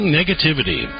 negativity